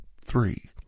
three